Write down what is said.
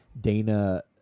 Dana